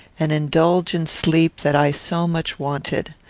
and indulge in sleep that i so much wanted.